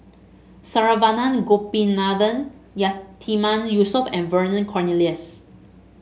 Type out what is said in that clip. Saravanan Gopinathan Yatiman Yusof and Vernon Cornelius